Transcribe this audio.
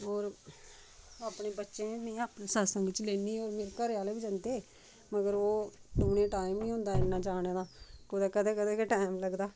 होर अपने बच्चें बी अपने सत्संग च लैनी होर मेरे घरै आह्ले बी जंदे मगर ओह् उनेंगी टाइम नी होंदा जाने दा कुदै कदें कदें गै टैम लगदा